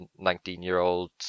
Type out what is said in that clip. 19-year-old